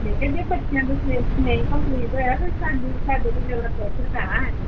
ਮੈਂ ਕਿਹਾ ਕਿ ਜੇ ਬੱਚਿਆਂ ਦਾ ਸਿਲੇਬਸ ਨਹੀਂ ਕੰਪਲੀਟ ਹੋਇਆ ਫਿਰ ਸਾਡੇ 'ਤੇ ਸਾਡੇ 'ਤੇ ਜ਼ਿਆਦਾ ਪ੍ਰੈਸ਼ਰ ਪੈਣਾ ਹੈ